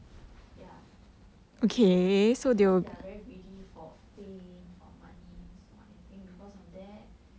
yeah so because they are very greedy for fame for money so I think because of that